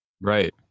right